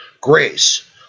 Grace